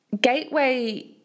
Gateway